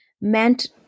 meant